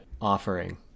offering